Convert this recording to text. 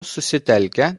susitelkę